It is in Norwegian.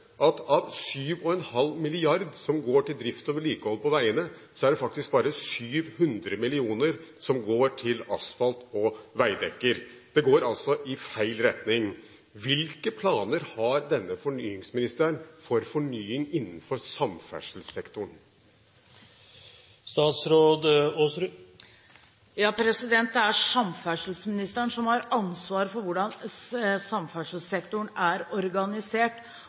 at av 7,5 mrd. kr som går til drift og vedlikehold på veiene, er det faktisk bare 700 mill. kr som går til asfalt og veidekke. Det går altså i feil retning. Hvilke planer har denne fornyingsministeren for fornying innenfor samferdselssektoren? Det er samferdselsministeren som har ansvar for hvordan samferdselssektoren er organisert,